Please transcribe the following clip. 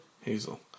Hazel